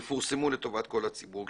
יפורסמו לטובת כל הציבור.